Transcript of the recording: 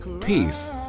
peace